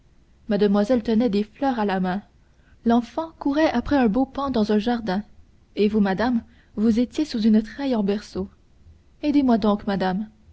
mademoiselle tenait des fleurs à la main l'enfant courait après un beau paon dans un jardin et vous madame vous étiez sous une treille en berceau aidez-moi donc madame